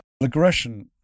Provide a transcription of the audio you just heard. aggression